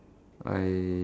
ya